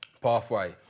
pathway